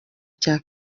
cya